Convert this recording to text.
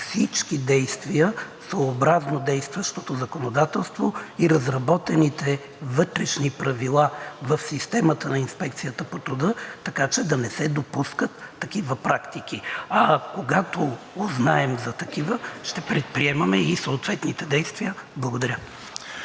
всички действия съобразно действащото законодателство и разработените вътрешни правила в системата на Инспекцията по труда, така че да не се допускат такива практики. А когато узнаем за такива, ще предприемаме и съответните действия. Благодаря.